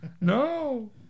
No